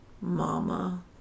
Mama